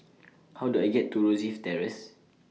How Do I get to Rosyth Terrace